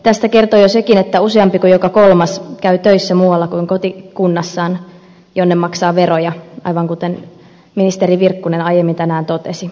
tästä kertoo jo sekin että useampi kuin joka kolmas käy töissä muualla kuin kotikunnassaan jonne maksaa veroja aivan kuten ministeri virkkunen aiemmin tänään totesi